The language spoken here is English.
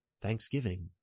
Thanksgiving